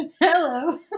Hello